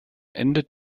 endet